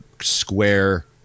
square